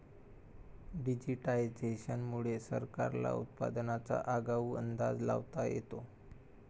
digitisation मुळे सरकारला उत्पादनाचा आगाऊ अंदाज लावता येतो